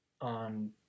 on